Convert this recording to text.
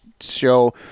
show